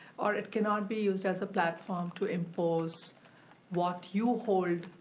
or it cannot be used as a platform to impose what you hold